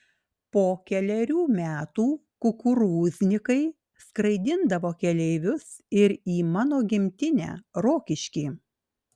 po kelerių metų kukurūznikai skraidindavo keleivius ir į mano gimtinę rokiškį